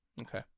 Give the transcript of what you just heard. Okay